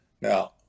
Now